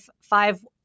five